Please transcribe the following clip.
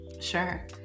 sure